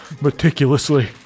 meticulously